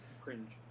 cringe